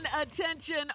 attention